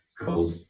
cold